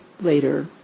Later